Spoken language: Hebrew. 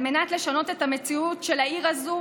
על מנת לשנות את המציאות של העיר הזו,